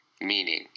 meaning